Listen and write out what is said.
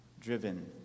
driven